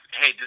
Hey